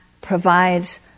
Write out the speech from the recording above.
provides